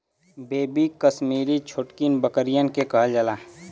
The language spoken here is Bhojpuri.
बेबी कसमीरी छोटकिन बकरियन के कहल जाला